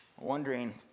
wondering